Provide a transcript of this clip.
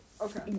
Okay